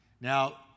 Now